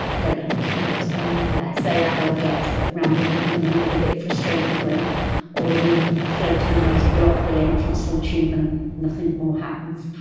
don't have a clue what's going on, bless! they add objects but randomly and then get a bit frustrated when all the floating ones block the entrance to the tube and nothing more happens.